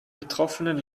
betroffenen